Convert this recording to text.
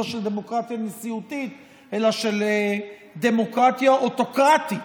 לא של דמוקרטיה נשיאותית אלא של דמוקרטיה אוטוקרטית.